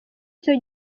cyo